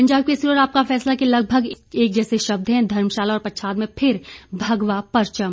पंजाब केसरी और आपका फैसला के लगभग एक जैसे शब्द हैं धर्मशाला और पच्छाद में फिर भगवा परचम